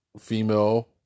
female